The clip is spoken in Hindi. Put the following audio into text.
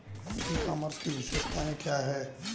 ई कॉमर्स की विशेषताएं क्या हैं?